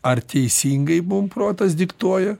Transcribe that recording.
ar teisingai mum protas diktuoja